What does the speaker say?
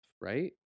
right